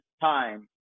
time